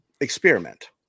experiment